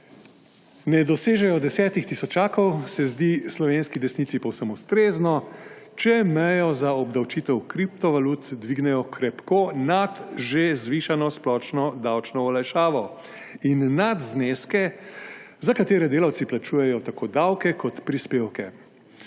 ne dosežejo 10 tisočakov, se zdi slovenski desnici povsem ustrezno, če mejo za obdavčitev kriptovalut dvignejo krepko nad že zvišano splošno davčno olajšavo in nad zneske, za katere delavci plačujejo tako davke kot prispevke.